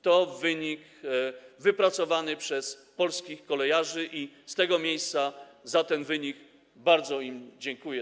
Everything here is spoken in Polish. To wynik wypracowany przez polskich kolejarzy i z tego miejsca za ten wynik bardzo im dziękuję.